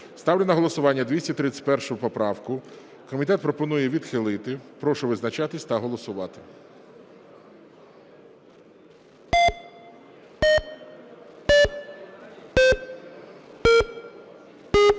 Ставлю на голосування 231 поправку. Комітет пропонує її відхилити. Прошу визначатися та голосувати.